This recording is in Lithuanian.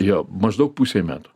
jo maždaug pusei metų